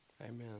Amen